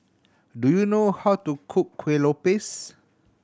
do you know how to cook Kueh Lopes